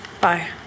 Bye